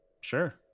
Sure